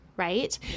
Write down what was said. Right